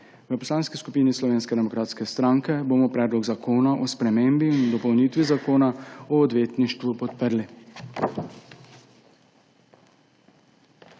V Poslanski skupini Slovenske demokratske stranke bomo Predlog zakona o spremembi in dopolnitvi Zakona o odvetništvu podprli.